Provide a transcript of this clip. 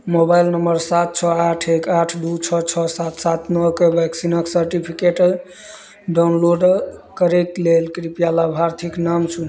mobile number सात छओ आठ एक आठ दू छओ छओ सात सात नओके वैक्सीनक सर्टिफिकेट डाउनलोड करयके लेल कृपया लाभार्थीक नाम चूनू